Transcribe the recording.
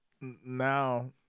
now